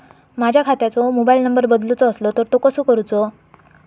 माझ्या खात्याचो mobile number बदलुचो असलो तर तो कसो करूचो?